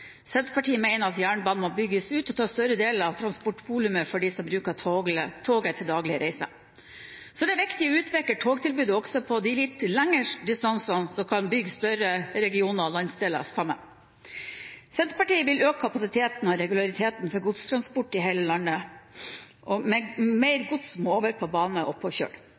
Senterpartiet mener at jernbanen må bygges ut og ta større deler av transportvolumet for dem som bruker toget til daglige reiser. Så er det viktig å utvikle togtilbudet også på de litt lengre distansene som kan bygge større regioner og landsdeler sammen. Senterpartiet vil øke kapasiteten og regulariteten for godstransport i hele landet. Mer gods må over på bane og på kjøl.